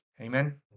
Amen